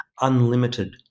unlimited